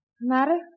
matter